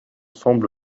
semble